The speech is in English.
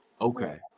Okay